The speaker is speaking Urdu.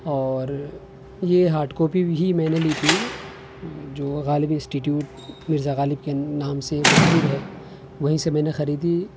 اور یہ ہاڈ کاپی بھی میں نے لی تھی جو غالب انسٹیٹیوٹ مرزا غالب کے نام سے منسوب ہے وہیں سے میں نے خریدی